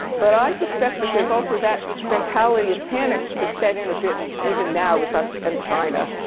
but i suspect that there's also that mentality of panic has set in a bit even now with us and china.